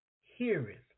heareth